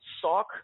sock